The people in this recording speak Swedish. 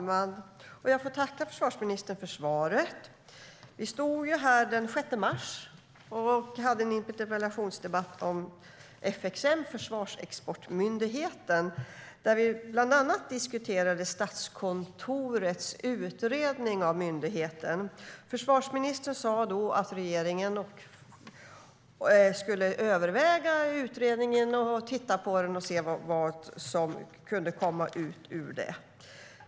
Fru talman! Jag får tacka försvarsministern för svaret. Vi stod ju här den 6 mars och hade en interpellationsdebatt om FXM, Försvarsexportmyndigheten, där vi bland annat diskuterade Statskontorets utredning av myndigheten. Försvarsministern sa då att regeringen skulle överväga utredningen och se vad som kunde komma ut av den.